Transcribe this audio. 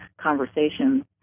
conversations